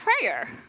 prayer